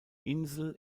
insel